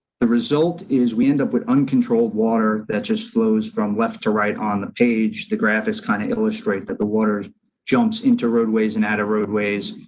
the result is we end up with uncontrolled water that just flows from left to right. on the page, the graph kind of illustrate that the water jumps into roadways and out of roadways.